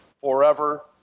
forever